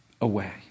away